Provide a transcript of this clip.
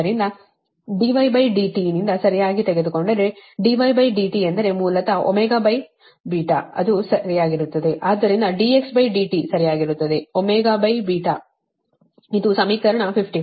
ಆದ್ದರಿಂದ dxdtನಿಂದ ಸರಿಯಾಗಿ ಕಂಡುಕೊಂಡರೆ dxdt ಎಂದರೆ ಮೂಲತಃ ಅದು ಸರಿಯಾಗಿರುತ್ತದೆ ಆದ್ದರಿಂದ dxdt ಸರಿಯಾಗಿರುತ್ತದೆ ಇದು ಸಮೀಕರಣ 55